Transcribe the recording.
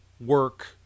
work